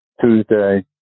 Tuesday